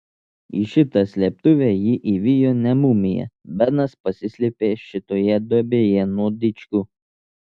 į šitą slėptuvę jį įvijo ne mumija benas pasislėpė šitoje duobėje nuo dičkių